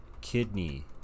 Kidney